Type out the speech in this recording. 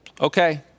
okay